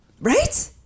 Right